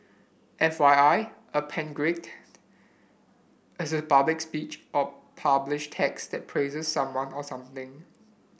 F Y I a panegyric is a public speech or published text that praises someone or something